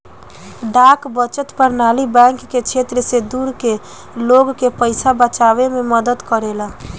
डाक बचत प्रणाली बैंक के क्षेत्र से दूर के लोग के पइसा बचावे में मदद करेला